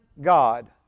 God